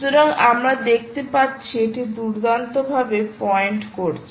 সুতরাং আমরা দেখতে পাচ্ছি এটি দুর্দান্তভাবে পয়েন্ট করছে